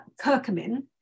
curcumin